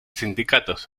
sindicatos